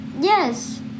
Yes